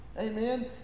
Amen